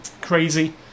crazy